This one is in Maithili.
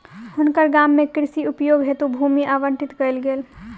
हुनकर गाम में कृषि उपयोग हेतु भूमि आवंटित कयल गेल